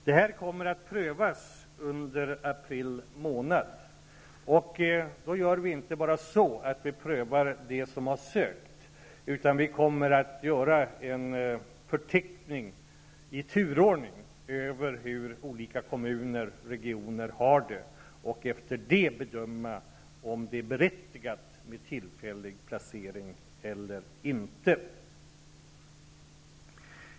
Detta kommer att prövas under april månad. Vi kommer då inte bara att pröva de ärenden där man har ansökt, utan vi kommer att upprätta en förteckning i turordning över hur olika kommuner och regioner har det och utifrån detta bedöma om det är berättigat med en tillfällig placering eller inte.